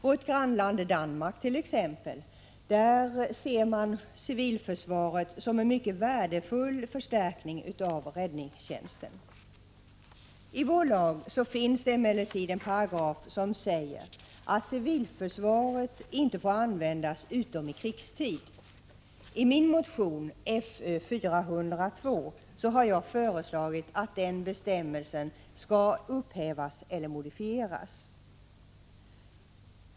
Vårt grannland Danmark ser t.ex. civilförsvaret som en mycket värdefull förstärkning av räddningstjänsten. I vår lag finns emellertid en paragraf som säger att civilförsvaret inte får användas utom i krigstid. I min motion Fö402 har jag föreslagit att den bestämmelsen skall upphävas eller modifieras.